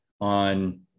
on